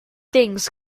things